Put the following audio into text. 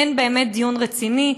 אין באמת דיון רציני.